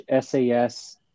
sas